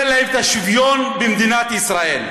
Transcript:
במה הוא מפלה?